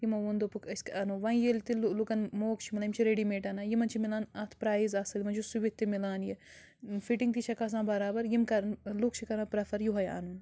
یِمو ووٚن دوٚپُکھ أسۍ اَنو وَ ییٚلہِ تہِ لُکن موقعہٕ چھُ مِلان یِم چھِ رٮ۪ڈی میٹ اَنان یِمن چھِ مِلان اَتھ پرایز اَصٕل یِمن چھُ سُوِتھ تہِ مِلان یہِ فِٹنگ تہِ چھَکھ آسان بَرابر یِم کَرن لُکھ چھِ کَران پرٮ۪فر یہوے اَنُن